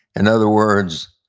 and other words,